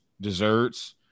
desserts